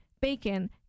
bacon